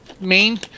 main